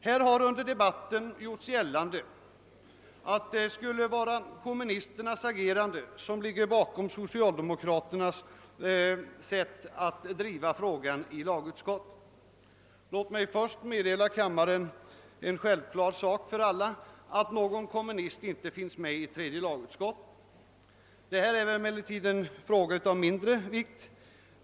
Man har under debatten gjort gällande att det skulle vara kommunisternas agerande som låge bakom socialdemokraternas sätt att driva frågan i lagutskottet. Låt mig först påminna kammarens ledamöter om ett för alla väl känt förhållande, nämligen att det inte finns någon kommunistrepresentation i tredje lagutskottet. Detta är emellertid en fråga av mindre vikt.